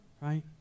Right